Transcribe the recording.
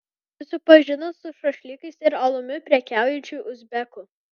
susipažino su šašlykais ir alumi prekiaujančiu uzbeku